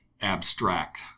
abstract